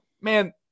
Man